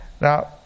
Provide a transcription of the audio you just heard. Now